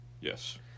Yes